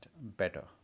better